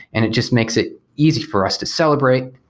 and it just makes it easy for us to celebrate,